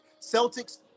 Celtics